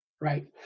right